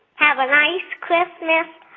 have a nice christmas,